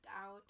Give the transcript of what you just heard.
out